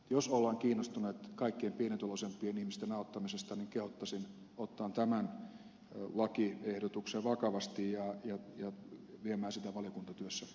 jos ollaan kiinnostuneita kaikkein pienituloisimpien ihmisten auttamisesta kehottaisin ottamaan tämän lakiehdotuksen vakavasti ja jo viemässä oli myös